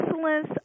excellence